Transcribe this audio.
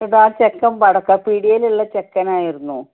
ഇപ്പോള് ആ ചെറുക്കൻ പടക്കപീടികയിലുള്ള ചെറുക്കനായിരുന്നു